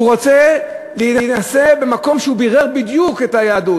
הוא רוצה להינשא במקום שבירר בדיוק את היהדות.